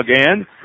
again